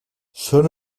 són